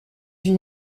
huit